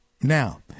Now